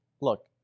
Look